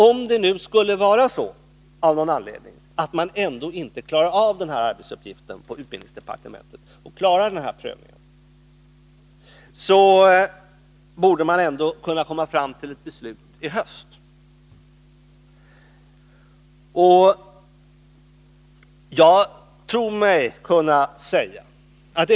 Om man ändå inte av någon anledning klarar av den prövningen på utbildningsdepartementet, borde man ändå kunna komma fram till ett beslut ihöst.